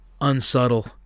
unsubtle